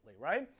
right